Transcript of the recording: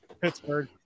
Pittsburgh